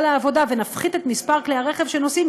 לעבודה ונפחית את מספר כלי הרכב שנוסעים,